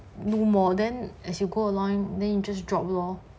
know more then as you go along the interest drop lor